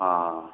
हाँ